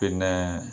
പിന്നെ